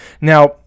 Now